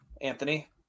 Anthony